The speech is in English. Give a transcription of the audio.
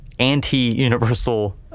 Anti-universal